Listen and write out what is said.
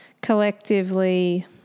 collectively